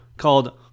called